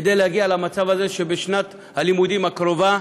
כדי להגיע למצב הזה שבשנת הלימודים הקרובה